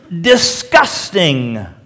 disgusting